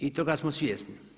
I toga smo svjesni.